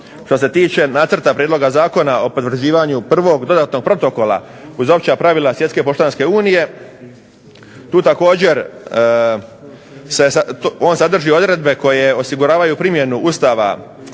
Što se tiče nacrta prijedloga Zakona o potvrđivanju prvog dodatnog protokola uz opća pravila Svjetske poštanske unije, on sadrži odredbe koje osiguravaju primjenu Ustava